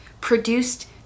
produced